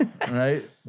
right